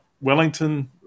Wellington